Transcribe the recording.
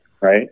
right